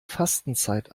fastenzeit